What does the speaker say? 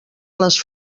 les